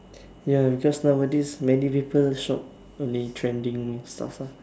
ya because nowadays many people shop only trending stuff ah